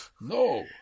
No